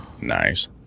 Nice